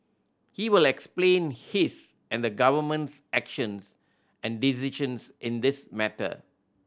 he will explain his and the Government's actions and decisions in this matter